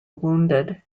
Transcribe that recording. wounded